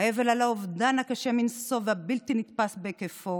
האבל על האובדן הקשה מנשוא והבלתי-נתפס בהיקפו